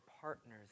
partners